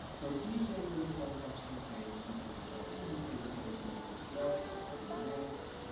so, please share your reason for unpublishing the page. leave feedback, then you can say the page isn't finished yet. say next.